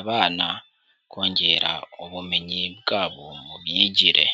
abana kongera ubumenyi bwabo mu myigire.